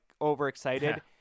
overexcited